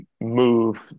move